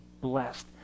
blessed